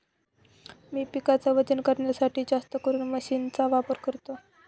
मी पिकाच वजन करण्यासाठी जास्तकरून मशीन चा वापर करतो